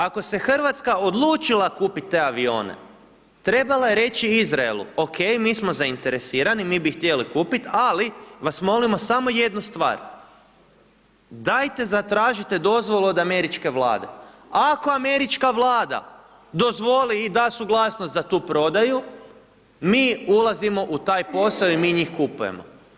Ako se Hrvatska odlučila kupiti te avione trebala je reći Izraelu, OK mi smo zainteresirani, mi bi htjeli kupit, ali vas molimo samo jednu stvar, dajte zatražite dozvolu od Američke vlade, ako Američka vlada dozvoli i da suglasnost za tu prodaju, mi ulazimo u taj posao i mi njih kupujemo.